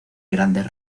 grandes